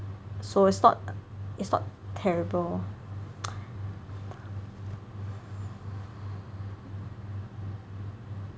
so it's not it's not terrible